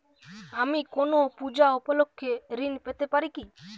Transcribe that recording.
আমি কোনো পূজা উপলক্ষ্যে ঋন পেতে পারি কি?